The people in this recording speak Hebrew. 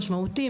משמעותי,